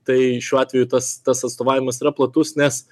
tai šiuo atveju tas tas atstovavimas yra platus nes